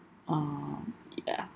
um ya